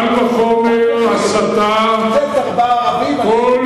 ארבעה ערבים, חסר עשר מכוניות, תג מחיר.